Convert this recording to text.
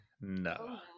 No